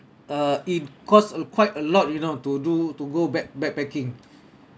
uh it cost a quite a lot you know to do to go back~ backpacking